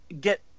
get